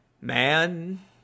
man